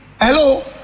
Hello